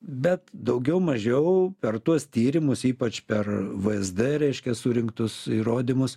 bet daugiau mažiau per tuos tyrimus ypač per vsd reiškia surinktus įrodymus